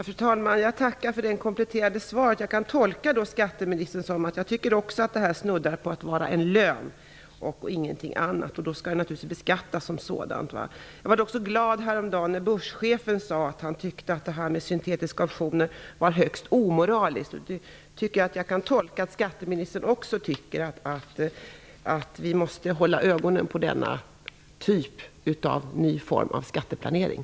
Fru talman! Jag tackar för det kompletterande svaret. Som jag tolkar skatteministern tycker jag också att detta snuddar vid att vara en lön och ingenting annat. Då skall det naturligtvis beskattas som det. Jag var glad häromdagen när börschefen sade att han tyckte att detta med syntetiska optioner var högst omoraliskt. Jag tolkar det som att skatteministern också tycker att vi måste hålla ögonen på denna nya form av skatteplanering.